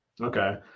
Okay